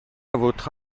votre